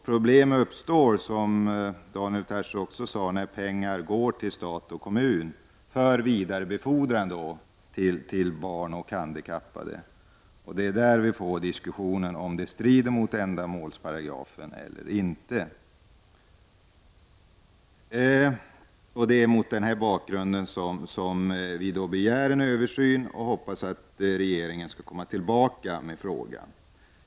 Problem uppstår, som Daniel Tarschys sade, när pengar går till stat och kommun för vidarebefordran till barn och handikappade. Det uppkommer diskussioner om detta strider mot ändamålsparagrafen eller inte. Det är också mot den bakgrunden som vi begär en översyn och hoppas att regeringen skall återkomma i frågan.